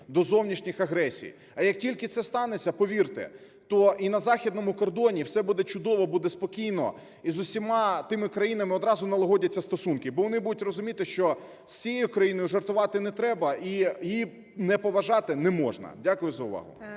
до зовнішніх агресій. А як тільки це станеться, повірте, то і на західному кордоні все буде чудово, буде спокійно і з усіма тими країнами одразу налагодяться стосунки, бо вони будуть розуміти, що з цією країною жартувати не треба і її не поважати не можна. Дякую за увагу.